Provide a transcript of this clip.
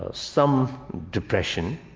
ah some depression,